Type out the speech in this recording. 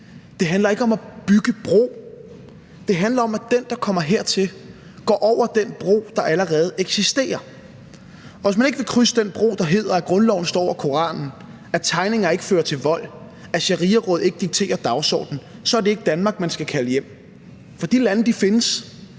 det handler ikke om at bygge bro. Det handler om, at den, der kommer hertil, går over den bro, der allerede eksisterer. Og hvis man ikke vil krydse den bro, der hedder, at grundloven står over Koranen, at tegninger ikke fører til vold, at shariaråd ikke dikterer dagsordenen, så er det ikke Danmark, man skal kalde hjem. Kl. 16:31 For de lande findes